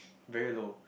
very low